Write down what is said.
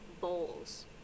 bowls